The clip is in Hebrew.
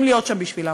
אדוני השר,